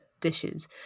dishes